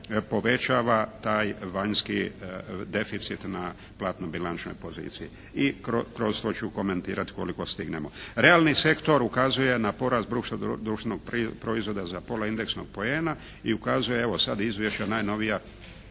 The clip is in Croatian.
povećava taj vanjski deficit na platno bilančnoj poziciji i kroz to ću komentirati koliko stignemo. Realni sektor ukazuje na porast društvenog proizvoda za pola indeksnog poena i ukazuje evo sada izvješća najnovija